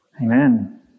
Amen